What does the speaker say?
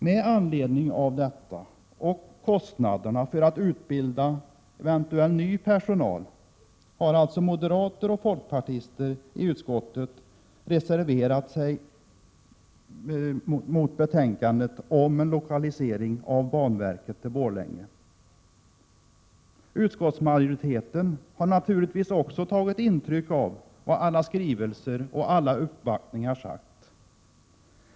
Med anledning av detta och med tanke på kostnaderna för att utbilda eventuell ny personal har alltså moderater och folkpartister i utskottet reserverat sig i fråga om lokalisering av banverket till Borlänge. Utskottsmajoriteten har naturligtvis tagit intryck av vad man sagt i alla skrivelser och uppvaktningar.